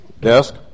desk